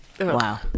wow